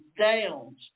downs